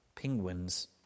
Penguins